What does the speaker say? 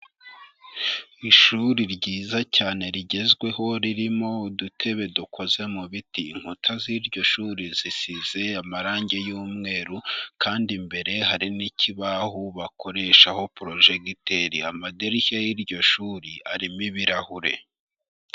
Ishuri ryiza cyane rigezweho ririmo udutebe dukoze mu biti, inkuta z'iryo shuri zisize amarangi y'umweru, kandi imbere hari n'ikibaho bakoreshaho porojegiteri amadirishya y'iryo shuri arimo ibirahure.